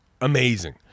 amazing